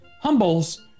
Humbles